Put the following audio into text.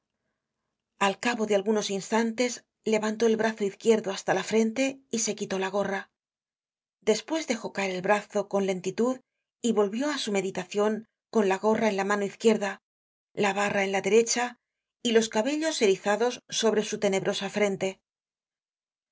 al cabo de algunos instantes levantó el brazo izquierdo basta la frente y se quitó la gorra despues dejó caer el brazo con lentitud y volvió á su meditacion con la gorra en la mano izquierda la barra en la derecha y los cabellos erizados sobre su tenebrosa frente